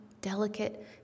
delicate